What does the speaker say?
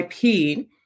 IP